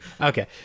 Okay